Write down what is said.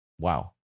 wow